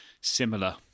similar